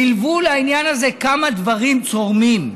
נלוו לעניין הזה כמה דברים צורמים,